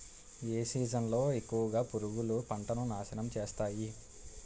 ఏ season లో ఎక్కువుగా పురుగులు పంటను నాశనం చేస్తాయి?